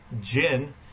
gin